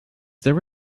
there